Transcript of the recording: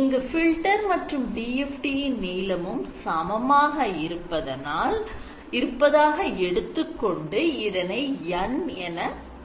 இங்கு filter மற்றும் DFT என் நீளமும் சமமாக இருப்பதாக எடுத்துக்கொண்டு இதனை N என